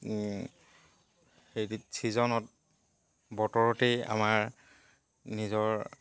সেই ছিজনত বতৰতেই আমাৰ নিজৰ